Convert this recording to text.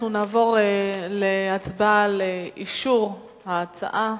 אנחנו נעבור להצבעה על אישור ההצעה.